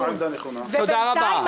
תודה רבה.